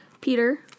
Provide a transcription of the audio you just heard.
Peter